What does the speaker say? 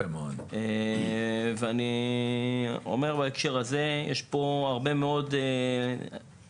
בהקשר הזה אני אומר שיש פה הרבה מאוד דוגמאות